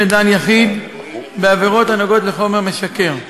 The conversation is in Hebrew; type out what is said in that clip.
דן יחיד בעבירות הנוגעות לחומר משכר).